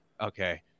okay